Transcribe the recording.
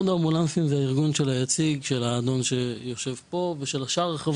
איחוד האמבולנסים הוא הארגון היציג של האדון שיושב פה ושל שאר החברים.